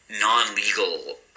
non-legal